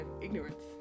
ignorance